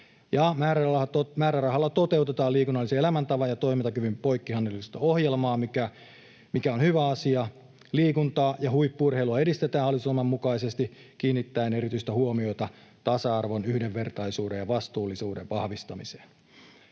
Määrärahalla toteutetaan liikunnallisen elämäntavan ja toimintakyvyn poikkihallinnollista ohjelmaa, mikä on hyvä asia. Liikuntaa ja huippu-urheilua edistetään hallitusohjelman mukaisesti kiinnittäen erityistä huomiota tasa-arvon, yhdenvertaisuuden ja vastuullisuuden vahvistamiseen.